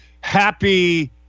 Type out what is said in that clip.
happy